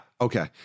Okay